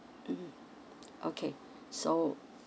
mm okay so